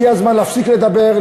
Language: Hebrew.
הגיע הזמן להפסיק לדבר,